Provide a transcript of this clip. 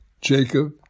Jacob